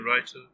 writer